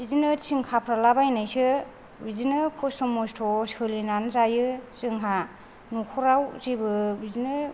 बिदिनो थिं खाबथाबलाबायनायसो बिदिनो खस्थ' मस्थ' सोलिनानै जायो जोंहा न'खराव जेबो बिदिनो